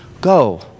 go